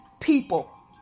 people